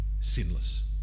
sinless